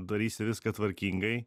darysi viską tvarkingai